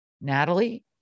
natalie